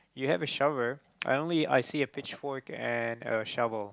you have a shovel I only I see a pitchfork and a shovel